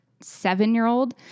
seven-year-old